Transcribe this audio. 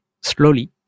slowly